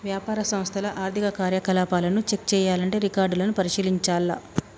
వ్యాపార సంస్థల ఆర్థిక కార్యకలాపాలను చెక్ చేయాల్లంటే రికార్డులను పరిశీలించాల్ల